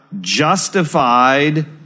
justified